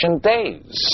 days